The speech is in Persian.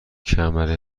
کمر